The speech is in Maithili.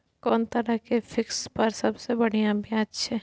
कोन तरह के फिक्स पर सबसे बढ़िया ब्याज छै?